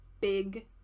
Big